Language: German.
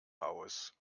haus